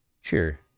Sure